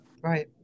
Right